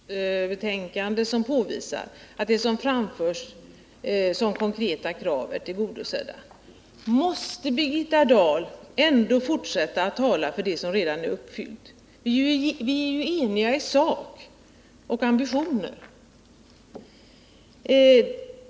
Herr talman! Utskottet har behandlat två socialdemokratiska motioner, och utskottets betänkande visar att de konkreta krav som framförts är tillgodosedda. Måste Birgitta Dahl ändå fortsätta att tala för de krav som redan är uppfyllda? Vi är ju eniga i sak och om ambitionerna.